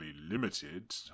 limited